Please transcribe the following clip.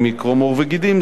אם יקרום עור וגידים,